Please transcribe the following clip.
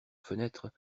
fenêtre